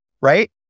right